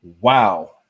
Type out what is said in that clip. wow